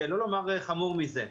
שלא לומר חמור בזה.